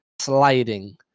sliding